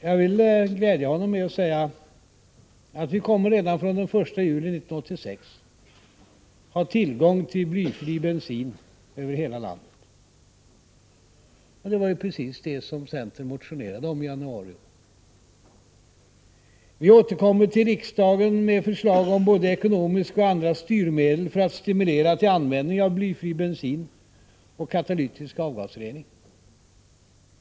Jag vill glädja Thorbjörn Fälldin med att säga att vi redan från den 1 juli 1986 kommer att ha tillgång till blyfri bensin över hela landet. Det var precis detta centern motionerade omii januari. Vi återkommer till riksdagen med förslag om både ekonomiska och andra styrmedel för att stimulera till användning av blyfri bensin och katalytisk avgasrening.